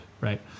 right